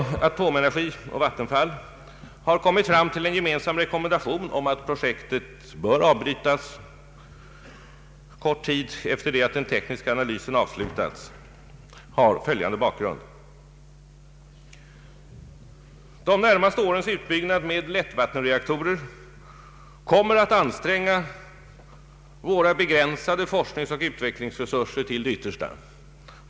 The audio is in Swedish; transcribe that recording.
Att Atomenergi och Vattenfall kommit fram till en gemensam rekommendation, att projektet bör avbrytas kort tid efter det att den tekniska analysen avslutats, har följande bakgrund. De närmaste årens utbyggnad med lättvattenreaktorer kommer att anstränga våra begränsade forskningsoch utvecklingsresurser till det yttersta.